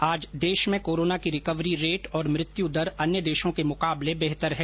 आज देश में कोरोना की रिकवरी रेट और मृत्यु दर अन्य देशो के मुकाबले बेहतर है